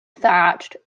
thatched